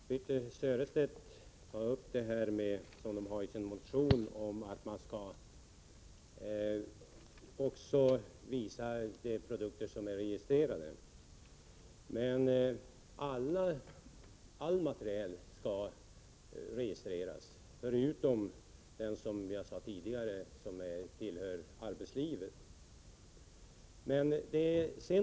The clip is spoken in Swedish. Fru talman! Birthe Sörestedt tar upp det hon har motionerat om, nämligen att det skall framgå vilka produkter som är registrerade. Men all materiel skall registreras förutom, som jag sade tidigare, den materiel som används företrädesvis på arbetsplatser.